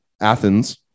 athens